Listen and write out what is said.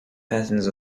patterns